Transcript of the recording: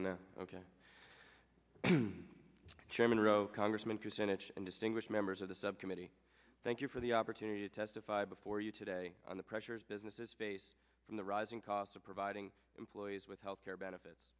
chairman of congressman percentage and distinguished members of the subcommittee thank you for the opportunity to testify before you today on the pressures businesses face from the rising costs of providing employees with health care benefits